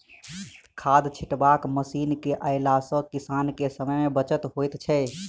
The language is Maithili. खाद छिटबाक मशीन के अयला सॅ किसान के समय मे बचत होइत छै